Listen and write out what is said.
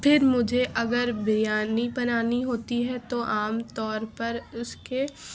پھر مجھے اگر بریانی بنانی ہوتی ہے تو عام طور پر اس کے